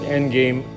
Endgame